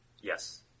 Yes